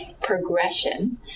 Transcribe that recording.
progression